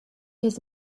his